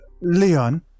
Leon